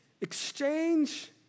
Exchange